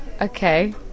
okay